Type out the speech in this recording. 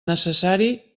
necessari